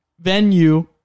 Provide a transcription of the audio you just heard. venue